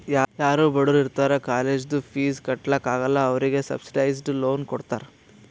ಯಾರೂ ಬಡುರ್ ಇರ್ತಾರ ಕಾಲೇಜ್ದು ಫೀಸ್ ಕಟ್ಲಾಕ್ ಆಗಲ್ಲ ಅವ್ರಿಗೆ ಸಬ್ಸಿಡೈಸ್ಡ್ ಲೋನ್ ಕೊಡ್ತಾರ್